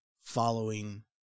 following